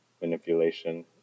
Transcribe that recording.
manipulation